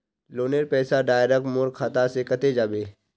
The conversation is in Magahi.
लोनेर पैसा डायरक मोर खाता से कते जाबे?